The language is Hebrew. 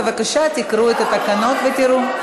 בבקשה, תקראו את התקנון ותראו.